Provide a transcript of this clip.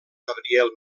gabriel